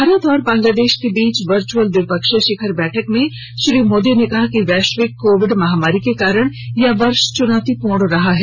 भारत और बांग्लादेश के बीच वर्च अल द्विपक्षीय शिखर बैठक में श्री मोदी ने कहा कि वैश्विक कोविड महामारी के कारण यह वर्ष च्नौतीपूर्ण रहा है